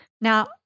Now